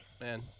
man